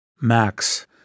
Max